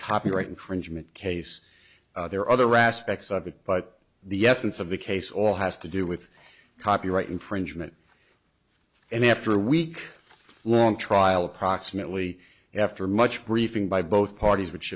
copyright infringement case there are other aspects of it but the essence of the case all has to do with copyright infringement and after a week long trial approximately after much briefing by both parties which